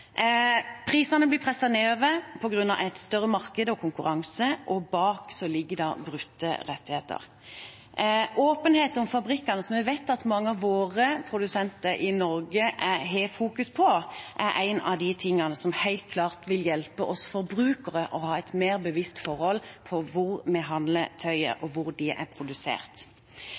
Prisene blir presset nedover på grunn av et større marked og konkurranse, og bak ligger det brutte rettigheter. Åpenhet om fabrikkene, som vi vet at mange av våre produsenter i Norge fokuserer på, er en av de tingene som helt klart vil hjelpe oss forbrukere til å ha et mer bevisst forhold til hvor vi handler tøyet, og hvor det er produsert.